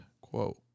quote